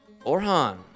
Orhan